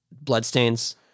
Bloodstains